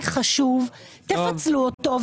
חברים, אני רוצה קצת לעשות סדר.